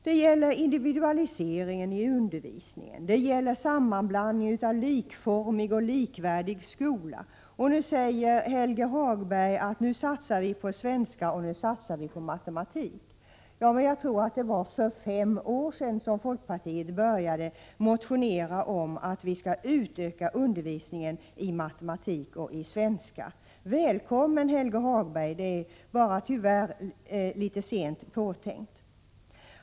Det gäller individualiseringen i undervisningen, det gäller sammanblandningen av likformig och likvärdig skola. Och här säger Helge Hagberg att nu satsar vi på svenska och matematik. Ja, men jag tror att det var för fem år sedan som folkpartiet började motionera om att vi skall utöka undervisningen i matematik och svenska. Välkommen, Helge Hagberg! Det är bara tyvärr litet sent påtänkt.